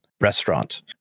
Restaurant